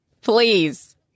please